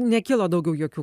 nekilo daugiau jokių